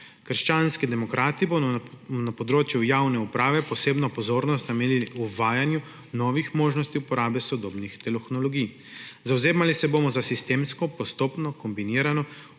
Krščanski demokrati bomo na področju javne uprave posebno pozornost namenili uvajanju novih možnosti uporabe sodobnih tehnologij. Zavzemali se bomo za sistemsko, postopno, kombinirano